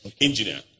engineer